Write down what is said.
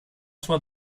sua